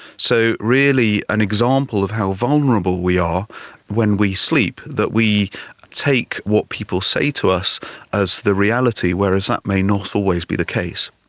so really an example of how vulnerable we are when we sleep, that we take what people say to us as the reality, whereas that may not always be the case.